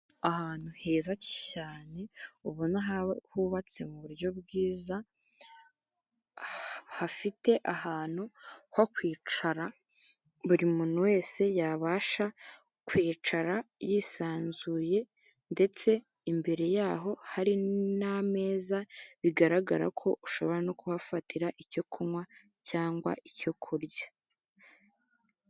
Ahantu heza cyane ubona hubatse mu buryo bwiza, hafite ahantu ho kwicara buri muntu wese yabasha kwicara yisanzuye, ndetse imbere yaho hari n'ameza, bigaragara ko ushobora no kuhafatira icyo kunywa, cyangwa icyo kurya.